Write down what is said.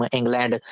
England